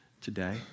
today